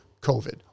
COVID